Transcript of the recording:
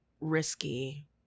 risky